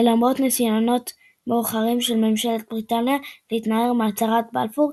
ולמרות ניסיונות מאוחרים של ממשלת בריטניה להתנער מהצהרת בלפור,